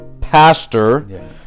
pastor